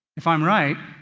if i am right,